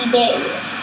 days